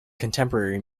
contemporary